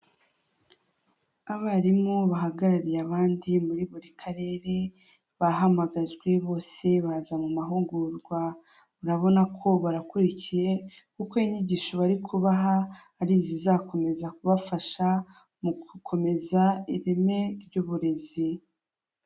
Umuma wicaye ucuruza ibishyimbo, avoka, imineke, inanasi, ibinyomoro n'amacunga, afite agatambaro mu ijosi yambaye ikote ry'umukara ibishyimbo bikaba biri ku rutaro harajeho yorosheho ishysho y'ubururu.